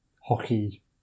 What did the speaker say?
hockey